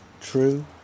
true